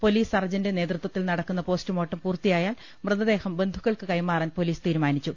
police സർജന്റെ നേതൃ ത്വത്തിൽ നടക്കുന്ന പോസ്റ്റുമോർട്ടം പൂർത്തിയായാൽ മൃതദേഹം ബന്ധുക്കൾക്ക് കൈമാറാൻ പൊലീസ് തീരുമാനിച്ചു